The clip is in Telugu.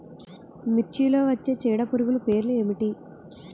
మిర్చిలో వచ్చే చీడపురుగులు పేర్లు ఏమిటి?